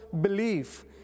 belief